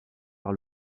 par